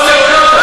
קובעת?